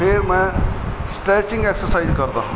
ਫੇਰ ਮੈਂ stretching exercise ਕਰਦਾ ਹਾਂ